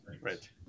right